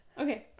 Okay